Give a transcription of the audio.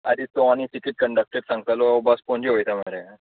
आरे तो आनी टिकेट कण्डाक्टर सांगतालो हो बस पणजे वता मरे